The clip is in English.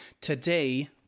Today